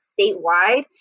statewide